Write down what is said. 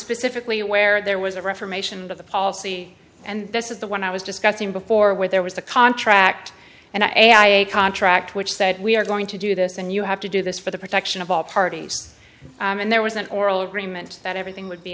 specifically where there was a reformation of the policy and this is the one i was discussing before where there was a contract and i a i a contract which said we are going to do this and you have to do this for the protection of all parties and there was an oral agreement that everything would be